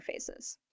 interfaces